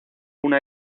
una